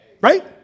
Right